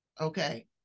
Okay